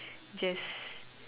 just